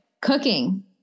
cooking